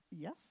Yes